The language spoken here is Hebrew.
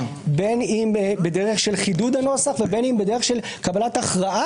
בין אם בדרך של חידוד הנוסח ובין אם בדרך של קבלת הכרעה,